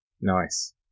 Nice